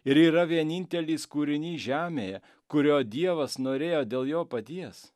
ir yra vienintelis kūrinys žemėje kurio dievas norėjo dėl jo paties